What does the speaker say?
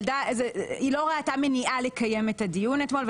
אבל היא לא ראתה מניעה לקיים את הדיון אתמול,